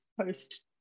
post